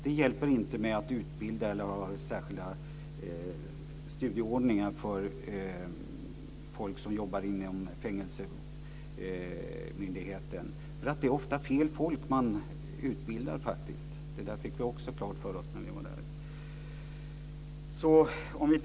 Det hjälper inte att utbilda eller att ha särskilda studieordningar för människor som jobbar inom fängelsemyndigheten. Det är nämligen ofta fel människor som man utbildar. Det fick vi också klart för oss när vi var där.